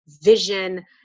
vision